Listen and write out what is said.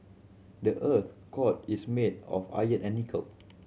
the earth's core is made of iron and nickel